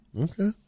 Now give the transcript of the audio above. Okay